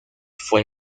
fue